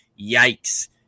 yikes